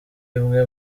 imwe